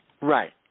Right